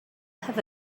have